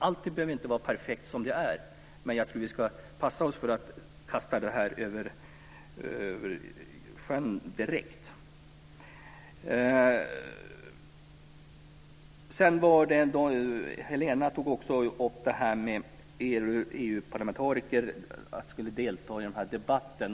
Allt behöver inte vara perfekt som det är, men vi ska passa oss för att kasta yxan i sjön direkt. Helena Bargholtz tog upp frågan om att EU parlamentariker skulle delta i den här debatten.